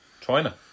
China